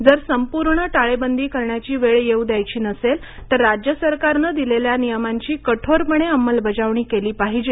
जर संपूर्ण टाळेबंदी करण्याची वेळ येऊ द्यायची नसेल तर राज्य सरकारनं दिलेल्या नियमांची कठोरपणे अंमलबजावणी केली पाहिजे